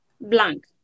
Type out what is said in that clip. blank